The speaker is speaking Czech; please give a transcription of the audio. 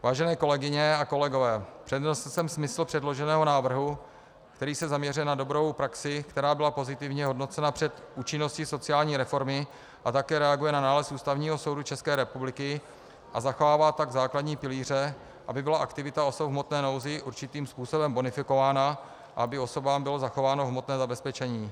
Vážené kolegyně a kolegové, přednesl jsem smysl předloženého návrhu, který se zaměřuje na dobrou praxi, která byla pozitivně hodnocena před účinností sociální reformy, a také reaguje na nález Ústavního soudu České republiky, a zachovává tak základní pilíře, aby byla aktivita osob v hmotné nouzi určitým způsobem bonifikována, aby osobám bylo zachováno hmotné zabezpečení.